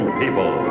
people